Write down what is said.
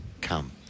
come